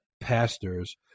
pastors